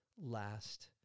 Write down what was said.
last